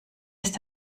ist